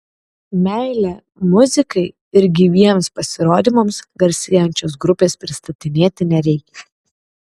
meile muzikai ir gyviems pasirodymams garsėjančios grupės pristatinėti nereikia